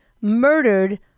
murdered